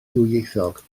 dwyieithog